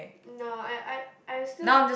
no I I I still